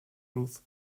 truth